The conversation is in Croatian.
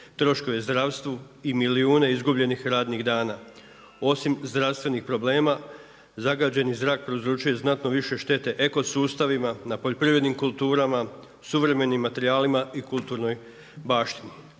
troškove zdravstvu i milijune izgubljenih radnih dana. Osim zdravstvenih problema zagađeni zrak prouzrokuje znatno više štete ekosustavima na poljoprivrednim kulturama, suvremenim materijalima i kulturnoj baštini.